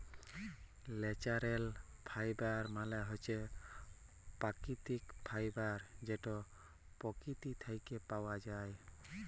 ল্যাচারেল ফাইবার মালে হছে পাকিতিক ফাইবার যেট পকিতি থ্যাইকে পাউয়া যায়